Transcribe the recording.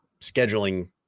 scheduling